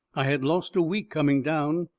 i had lost a week coming down.